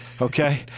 Okay